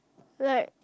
like